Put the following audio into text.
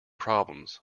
problems